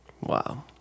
Wow